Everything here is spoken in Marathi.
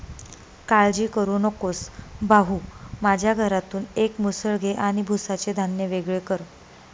काळजी करू नकोस भाऊ, माझ्या घरातून एक मुसळ घे आणि भुसाचे धान्य वेगळे कर